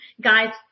guys